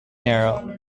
nero